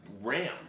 ram